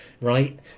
right